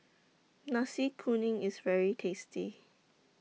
Nasi Kuning IS very tasty